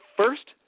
first